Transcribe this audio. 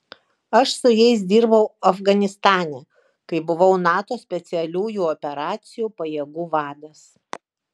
aš su jais dirbau afganistane kai buvau nato specialiųjų operacijų pajėgų vadas